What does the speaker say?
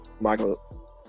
Michael